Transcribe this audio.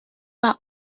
pas